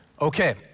Okay